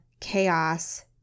chaos